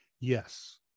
yes